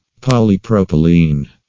Polypropylene